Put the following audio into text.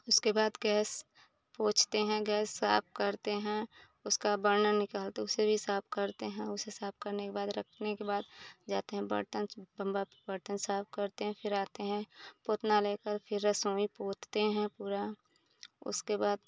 उसके बाद गैस पोछते है गैस साफ़ करते हैं उसका बर्नर निकालते उसे भी साफ़ करते हैं उसे साफ़ करने के बाद रखने के बाद जाते हैं बर्तन बम्बा बर्तन साफ़ करते हैं फिर आते हैं पोछना लेकर फिर रसोई पोछते हैं पूरा उसके बाद